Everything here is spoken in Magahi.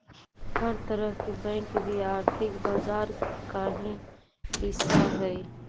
हर तरह के बैंक भी आर्थिक बाजार का ही हिस्सा हइ